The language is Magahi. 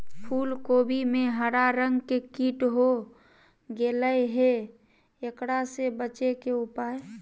फूल कोबी में हरा रंग के कीट हो गेलै हैं, एकरा से बचे के उपाय?